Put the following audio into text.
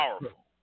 powerful